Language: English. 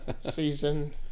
season